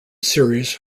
series